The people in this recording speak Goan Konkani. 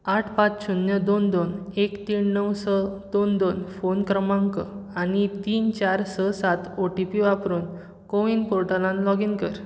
आठ पांच शुन्य दोन दोन एक तीन णव स दोन दोन क्रमांक आनी तीन चार स सात ओटीपी वापरून कोवीन पोर्टलान लॉगीन कर